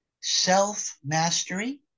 self-mastery